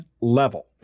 level